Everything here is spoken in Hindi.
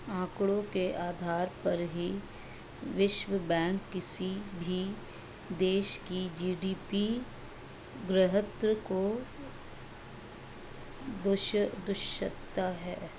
आंकड़ों के आधार पर ही विश्व बैंक किसी भी देश की जी.डी.पी ग्रोथ को दर्शाता है